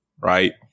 right